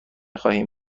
خواهیم